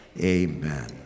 Amen